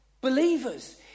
believers